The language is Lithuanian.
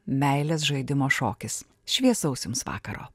meilės žaidimo šokis šviesaus jums vakaro